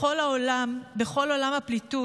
בכל עולם הפליטות,